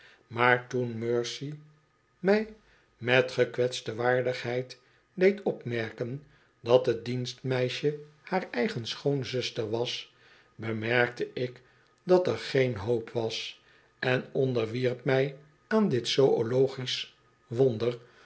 maar toenmercy mij met gekwetste waardigheid deed opmerken dat t dienstmeisje haar eigen schoonzuster was bemerkte ik dat er geen hoop was en onderwierp mij aan dit zoölogisch wonder